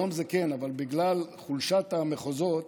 היום זה כן, אבל בגלל חולשת המחוזות